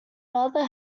mother